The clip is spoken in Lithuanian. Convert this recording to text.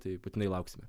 tai būtinai lauksime